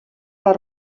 les